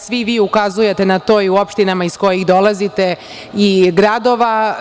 Svi vi ukazujete na to i u opštinama iz kojih dolazite i gradova.